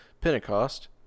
Pentecost